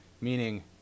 Meaning